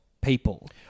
people